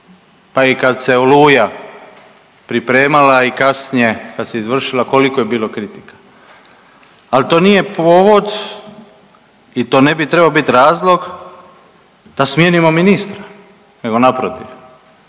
pa i kad se Oluja pripremala i kasnije kad se izvršila koliko je bilo kritika. Ali to nije povod i to ne bi trebao biti razlog da smijenimo ministra, nego naprotiv